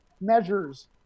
measures